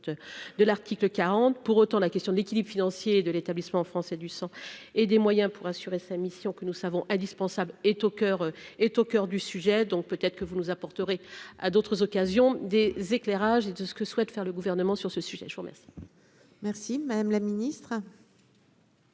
de l'article 40 pour autant la question de l'équilibre financier de l'établissement français du sang et des moyens pour assurer sa mission que nous savons, indispensable, est au coeur, est au coeur du sujet, donc peut-être que vous nous apporterez à d'autres occasions, des éclairages et tout ce que souhaite faire le gouvernement sur ce sujet-là promesses. Merci madame la ministre.